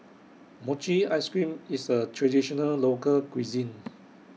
Mochi Ice Cream IS A Traditional Local Cuisine